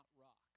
rock